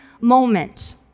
moment